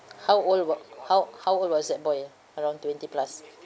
how old wa~ how how old was that boy ah around twenty plus